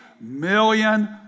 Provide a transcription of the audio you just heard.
million